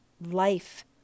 life